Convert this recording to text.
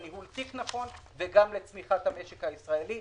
לניהול תיק נכון, וגם לצמיחת המשק הישראלי.